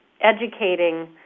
educating